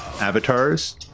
avatars